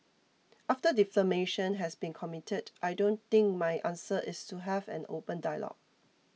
after defamation has been committed I don't think my answer is to have an open dialogue